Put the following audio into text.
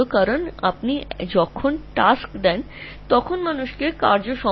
কারণ তুমি এই কাজটি করার জন্য লোকদের বলছ তুমি এই নেটওয়ার্কটি কাজ করছে বলে অনুমান করছ